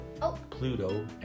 Pluto